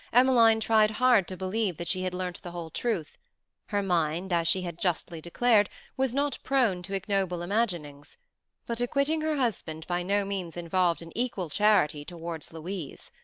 emmeline tried hard to believe that she had learnt the whole truth her mind, as she had justly declared, was not prone to ignoble imaginings but acquitting her husband by no means involved an equal charity towards louise.